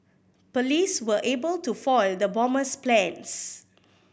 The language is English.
police were able to foil the bomber's plans